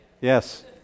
Yes